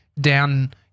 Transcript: down